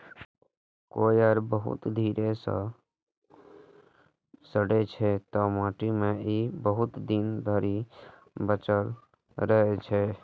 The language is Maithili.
कॉयर बहुत धीरे सं सड़ै छै, तें माटि मे ई बहुत दिन धरि बचल रहै छै